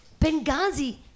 Benghazi